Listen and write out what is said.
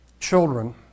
children